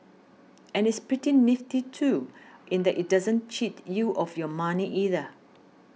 and it's pretty nifty too in that it doesn't cheat you of your money either